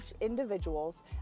individuals